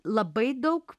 labai daug